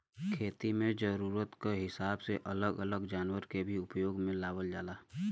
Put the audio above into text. खेती में जरूरत क हिसाब से अलग अलग जनावर के भी उपयोग में लावल जाला